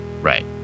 Right